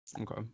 Okay